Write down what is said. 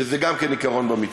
שזה גם עיקרון במתווה.